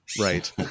right